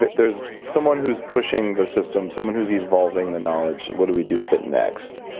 there's someone who's pushing the system, someone who's evolving the knowledge. what do we do with it next?